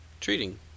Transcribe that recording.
treating